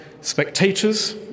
Spectators